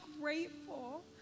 grateful